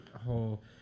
whole